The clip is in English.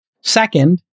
Second